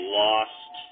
lost